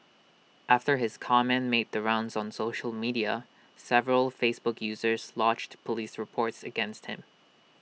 after his comment made the rounds on social media several Facebook users lodged Police reports against him